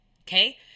Okay